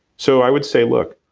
so i would say look,